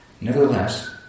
Nevertheless